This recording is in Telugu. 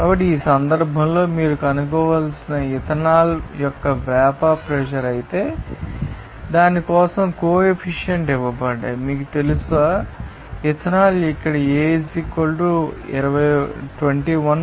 కాబట్టి ఈ సందర్భంలో మీరు కనుగొనవలసిన ఇథనాల్ యొక్క వేపర్ ప్రెషర్ అయితే దాని కోసం కో ఎఫిసియెంట్ ఇవ్వబడ్డాయి మీకు తెలుసా ఇథనాల్ ఇక్కడ A 21